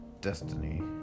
destiny